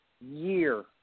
year